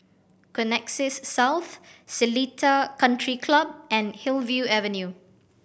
Connexis South Seletar Country Club and Hillview Avenue